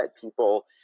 people